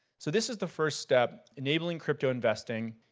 so this is the first step, enabling crypto investing.